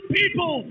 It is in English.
people